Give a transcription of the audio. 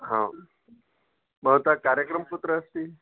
हां भवतः कार्यक्रमं कुत्र अस्ति